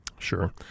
Sure